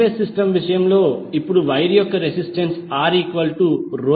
single phase system విషయంలో ఇప్పుడు wire యొక్క రెసిస్టెన్స్ Rρlr2